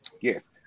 Yes